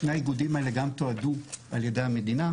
שני האיגודים האלה גם תועדו על ידי המדינה